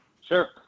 Sure